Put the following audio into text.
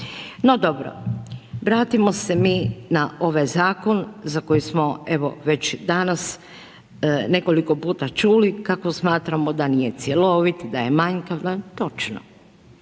No dobro, vratimo se mi na ovaj zakon za koji smo evo već danas nekoliko puta čuli kako smatramo da nije cjelovit, da je manjkav, točno.